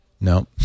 no